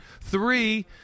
Three